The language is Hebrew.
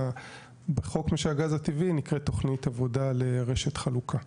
שבחוק של הגז הטבעי נקראת תוכנית עבודה לרשת חלוקה.